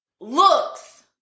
looks